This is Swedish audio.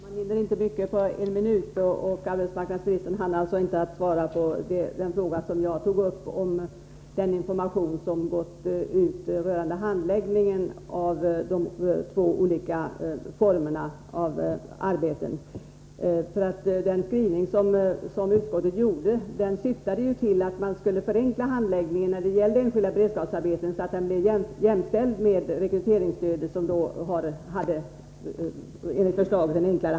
Herr talman! Man hinner inte mycket på en minut, och arbetsmarknadsministern hann inte svara på den fråga som jag tog upp om den information som gått ut rörande handläggningen av de två olika formerna av arbeten. Den skrivning utskottet gjorde syftade till att handläggningen skulle förenklas när det gällde enskilda beredskapsarbeten.